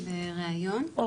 היא בראיון,